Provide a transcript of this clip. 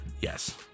Yes